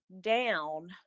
down